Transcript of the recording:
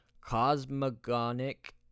cosmogonic